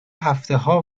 هفتهها